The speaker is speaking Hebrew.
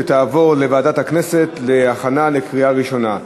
ותעבור לוועדת הכנסת להכנה לקריאה ראשונה.